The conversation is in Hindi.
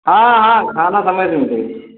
हाँ हाँ खाना समय से मिलेगा